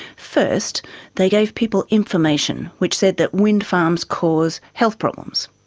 first they gave people information which said that windfarms cause health problems.